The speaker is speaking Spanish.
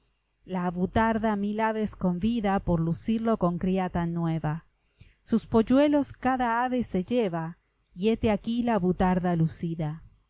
la avutarda mil aves convida por lucirlo con cría tan nueva sus polluelos cada ave se lleva y hete aquí la avutarda lucida